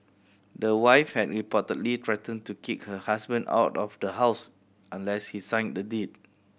the wife had reportedly threatened to kick her husband out of the house unless he signed the deed